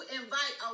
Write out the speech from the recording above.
invite